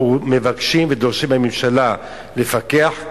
אנחנו מבקשים ודורשים מהממשלה לפקח,